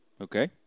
Okay